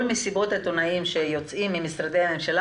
כל מסיבות העיתונאים של משרדי הממשלה